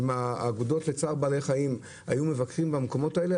אם האגודות לצער בעלי חיים היו מבקרים במקומות האלה,